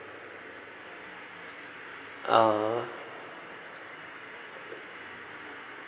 ah